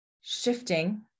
shifting